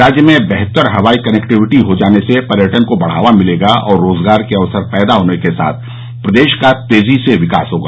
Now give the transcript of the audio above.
राज्य में बेहतर हवाई कनेक्टिविटी हो जाने से पर्यटन को बढ़ावा मिलेगा और रोजगार के अवसर पैदा होने के साथ प्रदेश का तेजी से विकास होगा